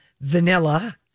vanilla